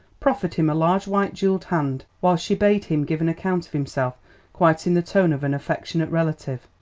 proffered him a large white jewelled hand, while she bade him give an account of himself quite in the tone of an affectionate relative.